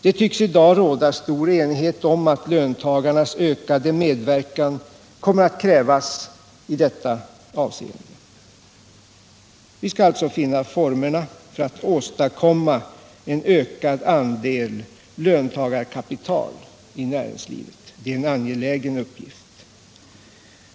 Det tycks i dag råda stor enighet om att löntagarnas ökade medverkan kommer att krävas i detta avseende. Vi skall alltså finna formerna för att åstadkomma en ökning av andelen löntagarkapital i näringslivet. Det är en angelägen uppgift.